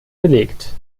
belegt